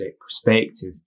perspective